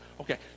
okay